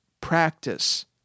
practice